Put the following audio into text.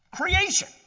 creation